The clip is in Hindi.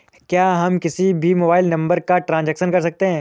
क्या हम किसी भी मोबाइल नंबर का ट्रांजेक्शन कर सकते हैं?